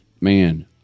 Man